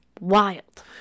Wild